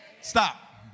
Stop